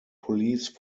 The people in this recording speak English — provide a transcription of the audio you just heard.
police